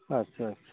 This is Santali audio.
ᱟᱪᱪᱷᱟ ᱟᱪᱪᱷᱟ